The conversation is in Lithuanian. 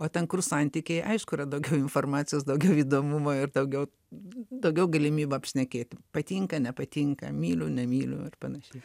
o ten kur santykiai aišku yra daugiau informacijos daugiau įdomumo ir daugiau daugiau galimybių apšnekėti patinka nepatinka myliu nemyliu ar panašiai